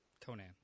Conan